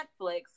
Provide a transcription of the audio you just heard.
Netflix